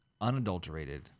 unadulterated